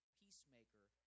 peacemaker